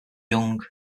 young